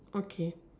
okay